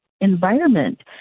environment